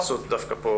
נשמע את ההתייחסות מיד.